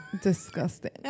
Disgusting